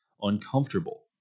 uncomfortable